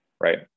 right